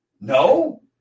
No